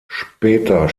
später